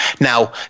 now